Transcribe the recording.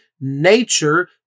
nature